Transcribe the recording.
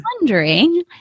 wondering